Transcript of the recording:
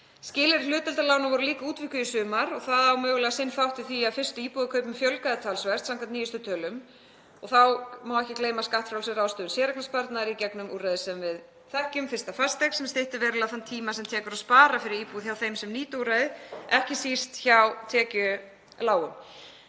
Skilyrði hlutdeildarlána voru líka útvíkkuð í sumar og það á mögulega sinn þátt í því að fyrstu íbúðarkaupum fjölgaði talsvert samkvæmt nýjustu tölum. Þá má ekki gleyma skattfrjálsri ráðstöfun séreignarsparnaðar í gegnum úrræði sem við þekkjum, fyrsta íbúð, sem styttir verulega þann tíma sem tekur að spara fyrir íbúð hjá þeim sem nýta úrræðið, ekki síst hjá tekjulágum.